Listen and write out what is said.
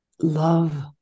love